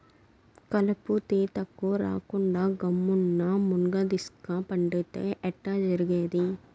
కలుపు తీతకు రాకుండా గమ్మున్న మున్గదీస్క పండితే ఎట్టా జరిగేది